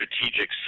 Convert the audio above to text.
strategic